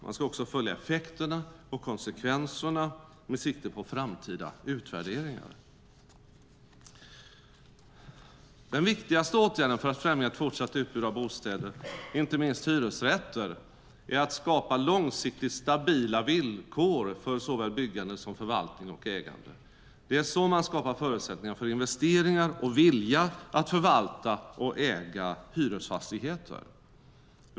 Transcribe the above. Man ska också följa effekterna och konsekvenserna med sikte på framtida utvärderingar. Den viktigaste åtgärden för att främja ett fortsatt utbud av bostäder, inte minst hyresrätter, är att skapa långsiktigt stabila villkor för såväl byggande som förvaltning och ägande. Det är så man skapar förutsättningar för investeringar och vilja att förvalta och äga hyresfastigheter.